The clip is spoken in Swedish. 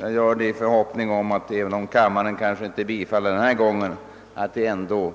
Jag gör det i förhoppning om att — även om kammaren inte bifaller denna gång — det ändå